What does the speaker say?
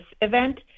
event